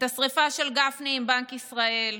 את השרפה של גפני עם בנק ישראל,